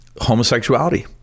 homosexuality